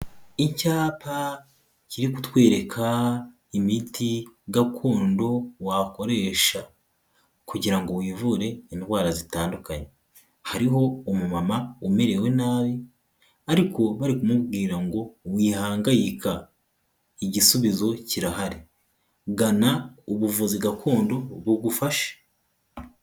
Icyapa kiri kutwereka imiti gakondo wakoresha kugira ngo wivure indwara zitandukanye, hariho umumama umerewe nabi ariko bari kumubwira ngo wihangayika igisubizo kirahari, gana ubuvuzi gakondo bugufashe.